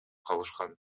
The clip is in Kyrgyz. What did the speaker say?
калышкан